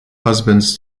husbands